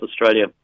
Australia